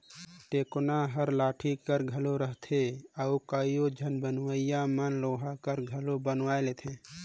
टेकोना हर लकरी कर घलो रहथे अउ कइयो झन बनवइया मन लोहा कर घलो बनवाए लेथे